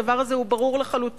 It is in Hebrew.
הדבר הזה הוא ברור לחלוטין.